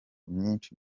myinshi